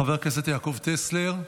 חבר הכנסת יעקב טסלר,